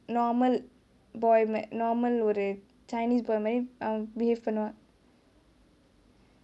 normal boy normal ஒரு:oru chinese boy மாரி அவ:maari av behave பண்ணுவா:pannuvaa